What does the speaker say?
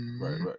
right